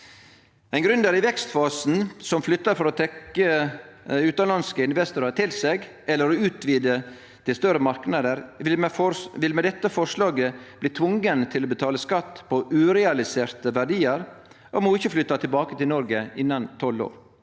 Ein gründer i vekstfasen som flyttar for å trekkje utanlandske investorar til seg eller utvide til større marknader, vil med dette forslaget bli tvinga til å betale skatt på urealiserte verdiar om ho ikkje flyttar tilbake til Noreg innan tolv år.